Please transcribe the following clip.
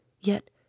yet